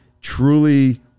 truly